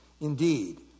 Indeed